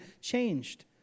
changed